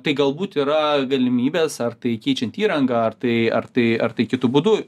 tai galbūt yra galimybės ar tai keičiant įrangą ar tai ar tai ar tai kitu būdu